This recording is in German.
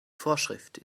vorschrift